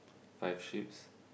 five sheep's